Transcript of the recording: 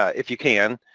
if you can.